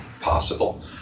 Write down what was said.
possible